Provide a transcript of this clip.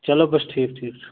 چلو بَس ٹھیٖک ٹھیٖک چھُ